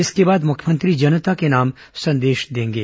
इसके बाद मुख्यमंत्री जनता के नाम संदेश देंगे